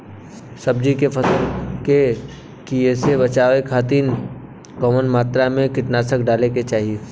सब्जी के फसल के कियेसे बचाव खातिन कवन मात्रा में कीटनाशक डाले के चाही?